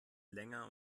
länger